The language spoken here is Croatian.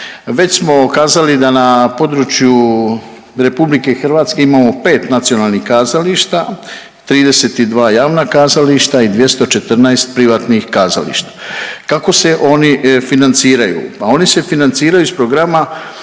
Već smo kazali da na području Republike Hrvatske imamo pet nacionalnih kazališta, 32 javna kazališta i 214 privatnih kazališta. Kako se oni financiraju? Pa oni se financiraju iz programa